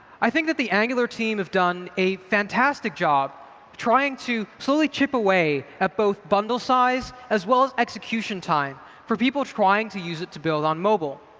i think that the angular team have done a fantastic job trying to slowly chip away at both bundle size, as well as execution time for people trying to use it to build on mobile.